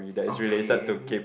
okay